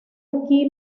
aquí